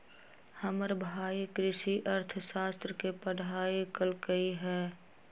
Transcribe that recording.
हमर भाई कृषि अर्थशास्त्र के पढ़ाई कल्कइ ह